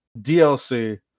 DLC